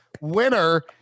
winner